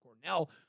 Cornell